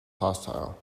hostile